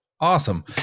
Awesome